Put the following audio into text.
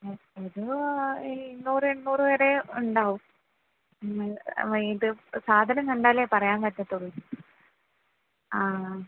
അത് എഴുന്നൂറ് എണ്ണൂറ് വരെ ഉണ്ടാവും ഇത് സാധനം കണ്ടാലേ പറയാന് പറ്റത്തുള്ളൂ ആ ആ